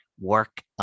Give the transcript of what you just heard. work